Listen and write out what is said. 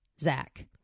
Zach